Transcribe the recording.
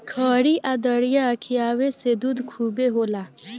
खरी आ दरिया खिआवे से दूध खूबे होला